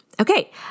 Okay